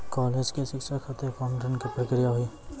College के शिक्षा खातिर कौन ऋण के प्रक्रिया हुई?